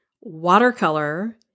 Watercolor